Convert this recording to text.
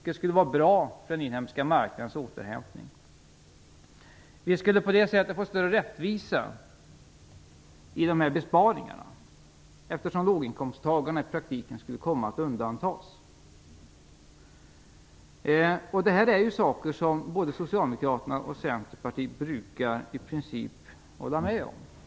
Det skulle vara bra för den inhemska marknadens återhämtning. Vi skulle på det sättet också få större rättvisa i besparingarna, eftersom låginkomsttagarna i praktiken skulle komma att undantas. Detta är sådant som både Socialdemokraterna och Centerpartiet i princip brukar hålla med om.